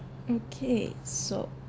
okay so